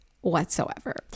whatsoever